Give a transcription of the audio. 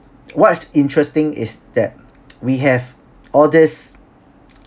what's interesting is that we have all this